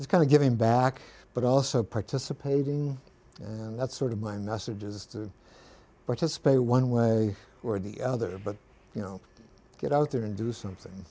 is kind of giving back but also participating and that's sort of my message is to participate one way or the other but you know get out there and do something